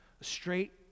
Straight